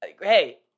hey